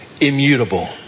immutable